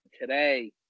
today